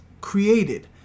created